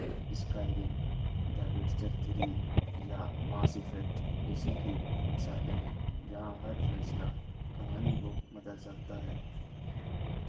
sky run the وڈجٹ three یا Mass Effect اسی کی مثالیں ہیں جہاں ہر فیصلہ کہانی کو مدر سکتا ہے